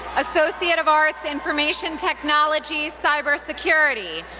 associate of arts, information technology, cybersecurity,